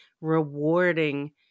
rewarding